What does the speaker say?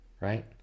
right